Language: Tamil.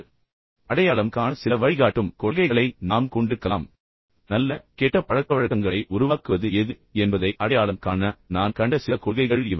ஆனால் பின்னர் அடையாளம் காண சில வழிகாட்டும் கொள்கைகளை நாம் கொண்டிருக்கலாம் நல்ல பழக்கவழக்கங்களை உருவாக்குவது எது கெட்ட பழக்கங்களை உருவாக்குவது எது என்பதை அடையாளம் காண இப்போது நான் அடையாளம் கண்ட சில கொள்கைகள் இவை